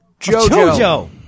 Jojo